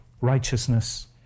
righteousness